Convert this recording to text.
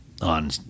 on